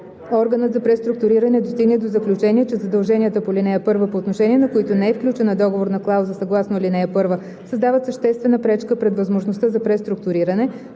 органът за преструктуриране достигне до заключение, че задълженията по ал. 1, по отношение на които не е включена договорна клауза съгласно ал. 1, създават съществена пречка пред възможността за преструктуриране,